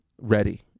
ready